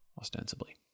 ostensibly